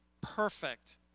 perfect